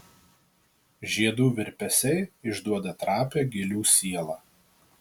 žiedų virpesiai išduoda trapią gėlių sielą